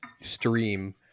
stream